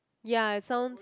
ya it sounds